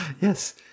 Yes